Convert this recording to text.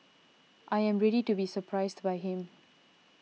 I am ready to be surprised by him